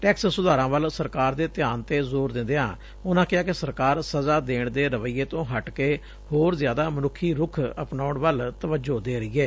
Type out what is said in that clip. tax ਸੁਧਾਰਾਂ ਵਜੋਂ ਸਰਕਾਰ ਦੇ ਧਿਆਨ ਤੇ ਜੋਰ ਦਿੰਦਿਆਂ ਉਨਪਂ ਕਿਹਾ ਕਿ ਸਰਕਾਰ ਸਜਾ ਦੇਣ ਦੇ ਰਵੱਈਏ ਤੋਂ ਹਟ ਕੇ ਹੋਰ ਜਿਆਦਾ ਮਨੁੱਖੀ ਰੁਖ ਅਪਨਾਉਣ ਵੱਲ ਤਵੱਜੋ ਦੇਂ ਹੀ ਏ